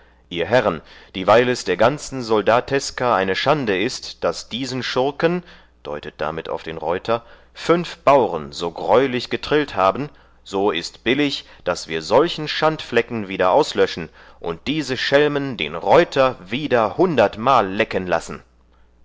ihr herren dieweil es der ganzen soldateska eine schande ist daß diesen schurken deutet damit auf den reuter fünf bauren so greulich getrillt haben so ist billig daß wir solchen schandflecken wieder auslöschen und diese schelmen den reuter wieder hundertmal lecken lassen